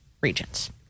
regions